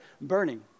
burning